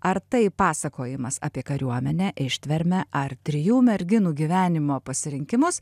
ar tai pasakojimas apie kariuomenę ištvermę ar trijų merginų gyvenimo pasirinkimus